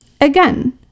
Again